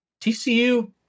TCU